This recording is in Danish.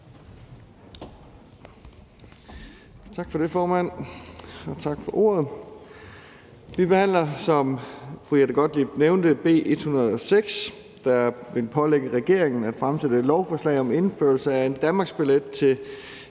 Tak for det, formand, og tak for ordet. Vi behandler, som fru Jette Gottlieb nævnte, B 106, der vil pålægge regeringen at fremsætte et lovforslag om indførelse af en danmarksbillet til